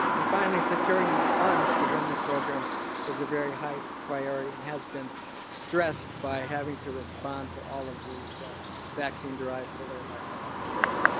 and finally, securing the funds to run the program is a very high priority and has been stressed by having to respond to all of these vaccine derived poliovirus outbreaks.